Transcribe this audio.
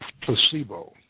placebo